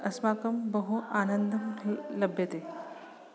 अस्माकं बहु आनन्दः ल लभ्यते